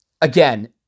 again